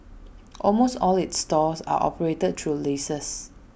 almost all its stores are operated through leases